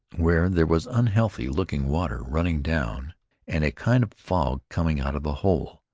where there was unhealthy-looking water running down and a kind of fog coming out of a hole.